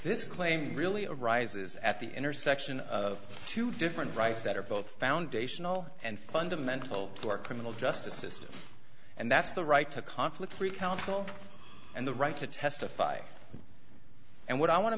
this claim really arises at the intersection of two different rights that are both foundational and fundamental to our criminal justice system and that's the right to conflict free counsel and the right to testify and what i want to